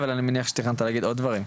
אבל אני מניח שתכננת להגיד עוד דברים,